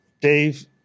Dave